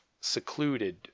secluded